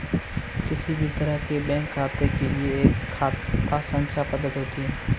किसी भी तरह के बैंक खाते के लिये एक खाता संख्या प्रदत्त होती है